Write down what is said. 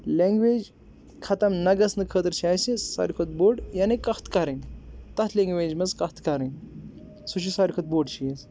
language خَتم نہ گَژھنہٕ خٲطرٕ چھِ اَسہِ ساروے کھۄتہٕ بوٚڑ یعنی کَتھ کَرٕنۍ تَتھ لینٛگویج منٛز کَتھ کَرٕنۍ سُہ چھُ ساروے کھۄتہٕ بوٚڑ چیٖز